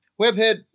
Webhead